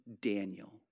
Daniel